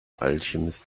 alchemist